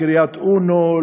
לקריית-אונו,